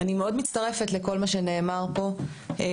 אני מאוד מצטרפת לכל מה שנאמר פה על